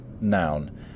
noun